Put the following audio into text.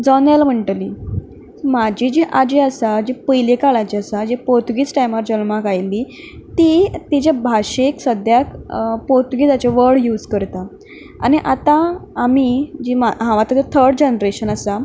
जनेल म्हणटली म्हाजी जी आजी आसा जी पयले काळाची आसा जी पोर्तुगेज टायमार जल्माक आयल्ली ती तिज्या भाशेक सद्द्याक पोर्तुगेजाचे वड यूज करता आनी आतां आमी जीं मा हांव आतां ते थड जनरेशन आसा